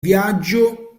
viaggio